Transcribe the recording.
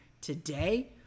today